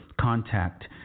contact